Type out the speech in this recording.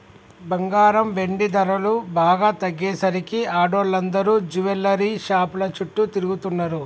బంగారం, వెండి ధరలు బాగా తగ్గేసరికి ఆడోళ్ళందరూ జువెల్లరీ షాపుల చుట్టూ తిరుగుతున్నరు